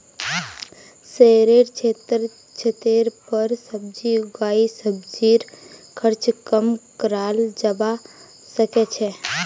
शहरेर क्षेत्रत छतेर पर सब्जी उगई सब्जीर खर्च कम कराल जबा सके छै